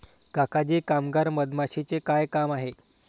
काका जी कामगार मधमाशीचे काय काम आहे